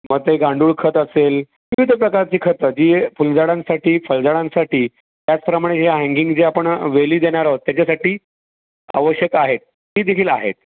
मग ते गांडूळ खत असेल विविध प्रकारची खतं जी फुलझाडांसाठी फळझाडांसाठी त्याचप्रमाणे हे हँगिंग जे आपण वेली देणार आहोत त्याच्यासाठी आवश्यक आहेत तीदेखील आहेत